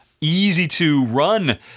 easy-to-run